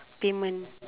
payment